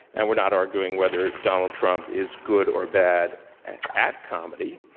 and we're not arguing whether donald trump is good or bad at comedy.